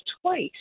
twice